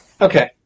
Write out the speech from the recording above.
Okay